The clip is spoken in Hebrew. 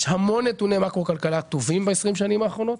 יש המון נתוני מאקרו כלכלה טובים ב-20 שנים האחרונות.